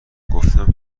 گفتم